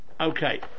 okay